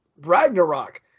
Ragnarok